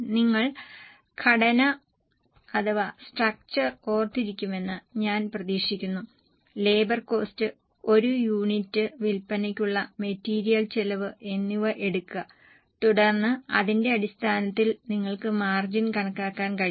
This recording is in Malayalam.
നിങ്ങൾ ഘടന ഓർത്തിരിക്കുമെന്ന് ഞാൻ പ്രതീക്ഷിക്കുന്നു ലേബർ കോസ്റ്റ് ഒരു യൂണിറ്റ് വിൽപ്പനയ്ക്കുള്ള മെറ്റീരിയൽ ചെലവ് എന്നിവ എടുക്കുക തുടർന്ന് അതിന്റെ അടിസ്ഥാനത്തിൽ നിങ്ങൾക്ക് മാർജിൻ കണക്കാക്കാൻ കഴിയും